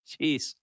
Jeez